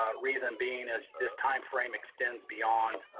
ah reason being as this timeframe extends beyond